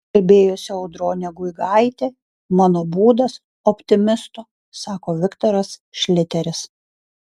kalbėjosi audronė guigaitė mano būdas optimisto sako viktoras šliteris